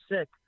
sick